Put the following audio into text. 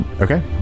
Okay